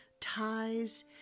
ties